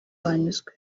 banyuzwe